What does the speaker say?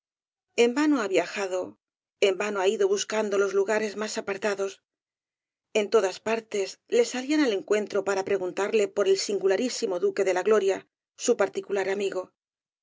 en vano ha viajado en vano ha ido buscando los lugares más apartados en todas partes le salían al encuentro para preguntarle por el singularísimo duque de la gloria su particular amigo